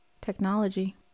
Technology